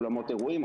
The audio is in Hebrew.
אולמות אירועים,